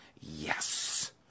yes